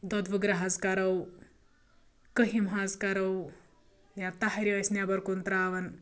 دۄدٕ وٕگرٕ حظ کَرَو کٔہٕم حظ کَرَو یا تاہرِ ٲسۍ نٮ۪بر کُن تراوان